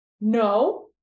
No